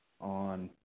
on